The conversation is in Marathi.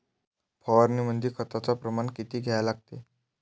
फवारनीमंदी खताचं प्रमान किती घ्या लागते?